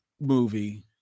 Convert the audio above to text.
movie